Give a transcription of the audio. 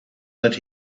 that